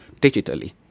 digitally